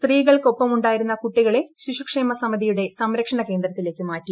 സ്ത്രീകൾക്കൊപ്പമുണ്ടായിരുന്ന കുട്ടികളെ ശിശുക്ഷേമ സമിതിയുടെ സംരക്ഷണ കേന്ദ്രത്തിലേക്ക് മാറ്റി